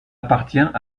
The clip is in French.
appartient